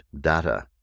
data